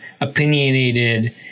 opinionated